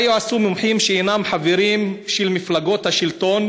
מה יעשו מומחים שאינם חברים של מפלגות השלטון